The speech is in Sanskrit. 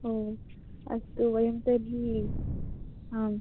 ओ अस्तु वयं तर्हि आम्